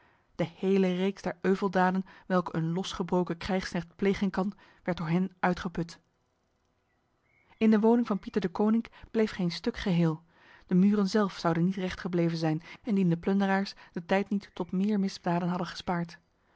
de hele reeks der euveldaden welke een losgebroken krijgsknecht plegen kan werd door hen uitgeput in de woning van pieter deconinck bleef geen stuk geheel de muren zelf zouden niet recht gebleven zijn indien de plunderaars de tijd niet tot meer misdaden hadden gespaard